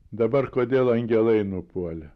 dabar kodėl angelai nupuolė